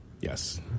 Yes